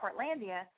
Portlandia